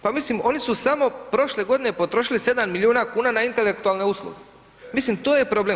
Pa mislim oni su samo prošle godine potrošili 7 milijuna kuna na intelektualne usluge, mislim to je problem.